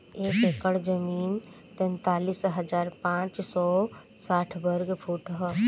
एक एकड़ जमीन तैंतालीस हजार पांच सौ साठ वर्ग फुट ह